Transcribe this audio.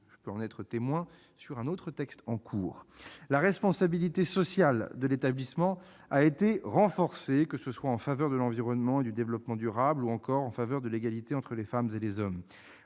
J'en suis témoin sur un autre texte, en cours d'examen ... La responsabilité sociale de l'établissement a été renforcée, que ce soit en faveur de l'environnement et du développement durable, ou encore de l'égalité entre les femmes et les hommes.